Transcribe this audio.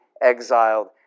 exiled